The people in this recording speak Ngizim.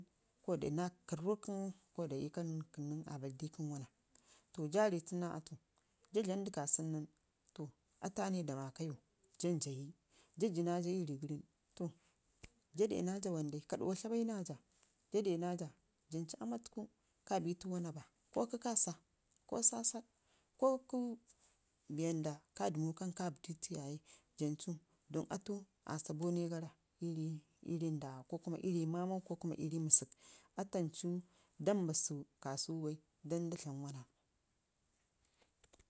to jaa rii tunu naa atu jaa dlam du kasəunu nən atuu, aani da maka iyu jan jayi, jaa jinaja ii rii gərən to jaa dena jaa wam dai ka ɗuwa tlabai naa jaa, jaa dena jaa janeu aamtuku kabi tu wana ba ko kə kassa, ko sasaɗ ko bee wanda ka dəmudu kabi ditu yaye don atu qasa boore gara ii rii ndawa ko kuma ii rii mamau kokuma ii rii məsə ki atu ancu dam mbasu kasu bai dan da dlam wana.